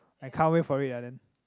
I can't wait for it ah then